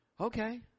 Okay